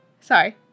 Sorry